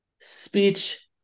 speech